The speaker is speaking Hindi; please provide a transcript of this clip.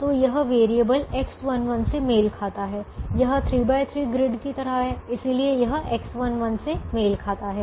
तो यह वेरिएबल X11 से मेल खाता है यह 3 बाय 3 ग्रिड की तरह है इसलिए यह X11 से मेल खाता है